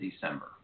December